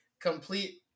complete